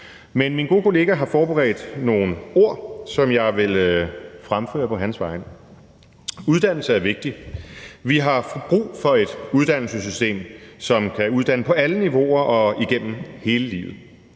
Men min gode kollega har forberedt nogle ord, som jeg vil fremføre på hans vegne. Uddannelse er vigtigt, vi har brug for et uddannelsessystem, som kan uddanne på alle niveauer og igennem hele livet.